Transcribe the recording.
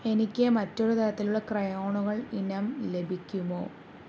എനിക്ക് മറ്റൊരു തരത്തിലുള്ള ക്രയോണുകൾ ഇനം ലഭിക്കുമോ